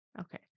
Okay